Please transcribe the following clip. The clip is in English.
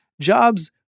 Jobs